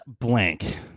blank